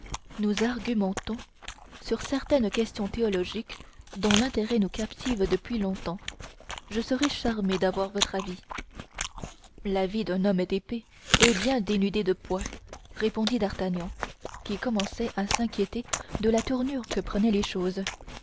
nous argumentons sur certaines questions théologiques dont l'intérêt nous captive depuis longtemps je serais charmé d'avoir votre avis l'avis d'un homme d'épée est bien dénué de poids répondit d'artagnan qui commençait à s'inquiéter de la tournure que prenaient les choses